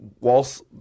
whilst